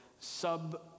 sub